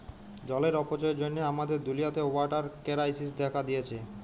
জলের অপচয়ের জ্যনহে আমাদের দুলিয়াতে ওয়াটার কেরাইসিস্ দ্যাখা দিঁয়েছে